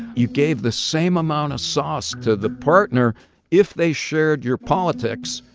you gave the same amount of sauce to the partner if they shared your politics.